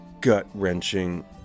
gut-wrenching